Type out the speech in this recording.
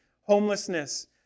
homelessness